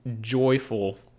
joyful